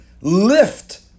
lift